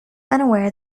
unaware